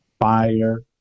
fire